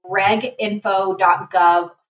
reginfo.gov